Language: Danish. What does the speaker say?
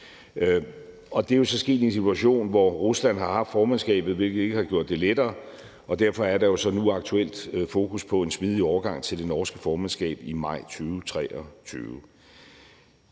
Og det er jo så sket i en situation, hvor Rusland har haft formandskabet, hvilket ikke har gjort det lettere, og derfor er der jo så nu aktuelt fokus på en smidig overgang til det norske formandskab i maj 2023.